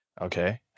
Okay